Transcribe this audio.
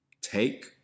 Take